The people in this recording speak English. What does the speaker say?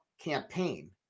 campaign